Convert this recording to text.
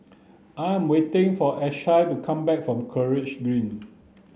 I am waiting for Ashlie to come back from College Green